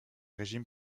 régime